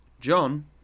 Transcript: John